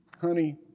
Honey